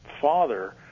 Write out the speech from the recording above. father